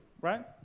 right